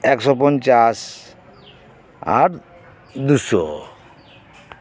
ᱮᱠᱥᱳ ᱯᱚᱸᱧ ᱪᱟᱥ ᱟᱨ ᱫᱩᱥᱳ